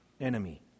enemy